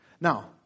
Now